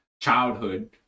childhood